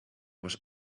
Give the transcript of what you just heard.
was